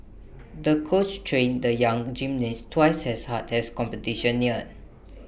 the coach trained the young gymnast twice as hard as the competition neared